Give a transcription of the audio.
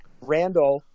Randall